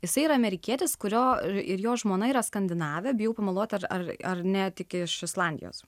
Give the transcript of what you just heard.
jisai yra amerikietis kurio ir jo žmona yra skandinavė bijau pameluot ar ar ar ne tik iš islandijos